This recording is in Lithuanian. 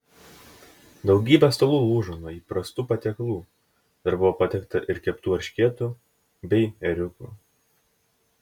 daugybė stalų lūžo nuo įprastų patiekalų dar buvo patiekta ir keptų eršketų bei ėriukų